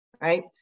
right